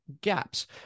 Gaps